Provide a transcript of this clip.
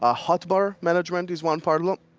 ah hot bar management is one part of um